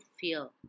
fear